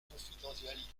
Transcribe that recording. confidentialité